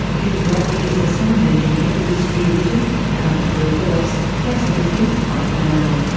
judy rapley is the sound engineer for this rear vision and i'm keri phillips. thanks for listening, bye for now